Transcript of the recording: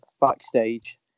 backstage